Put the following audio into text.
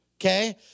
okay